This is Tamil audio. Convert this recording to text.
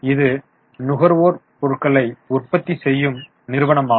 இது நுகர்வோர் பொருட்களை உற்பத்தி செய்யும் நிறுவனமாகும்